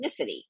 ethnicity